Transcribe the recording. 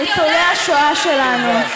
לניצולי השואה שלנו.